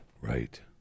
right